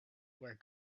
where